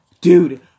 dude